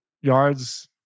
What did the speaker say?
yards